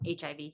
HIV